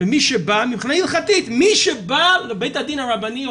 ומי שבא מבחינה הלכתית לבית הדין הרבני,